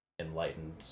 enlightened